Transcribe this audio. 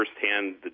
firsthand